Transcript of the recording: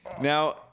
Now